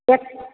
एक